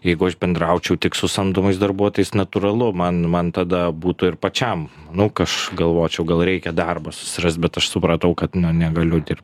jeigu aš bendraučiau tik su samdomais darbuotojais natūralu man man tada būtų ir pačiam manau k aš galvočiau gal reikia darbą susirast bet aš supratau kad nu negaliu dirbt